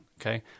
okay